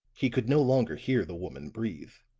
he could no longer hear the woman breathe.